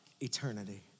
eternity